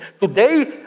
Today